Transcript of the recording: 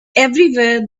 everywhere